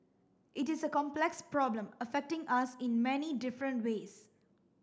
it is a complex problem affecting us in many different ways